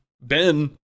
Ben